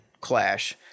clash